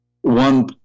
one